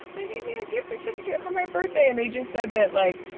they gave me a gift certificate for my birthday and they just said that like,